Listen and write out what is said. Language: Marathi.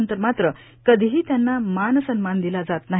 नंतर मात्र कधीही त्यांना मान सन्मान दिला जात नाही